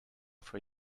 for